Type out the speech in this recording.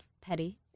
petty